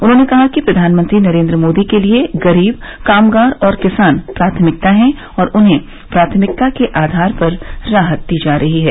उन्होंने कहा कि प्रधानमंत्री नरेंद्र मोदी के लिए गरीब कामगार और किसान प्राथमिकता हैं और उन्हें प्राथमिकता के आधार पर राहत दी जा रही है